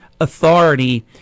authority